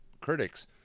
critics